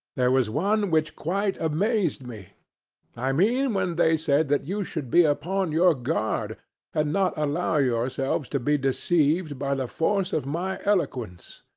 there was one which quite amazed me i mean when they said that you should be upon your guard and not allow yourselves to be deceived by the force of my eloquence.